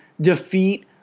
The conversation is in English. defeat